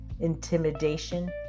intimidation